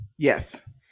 Yes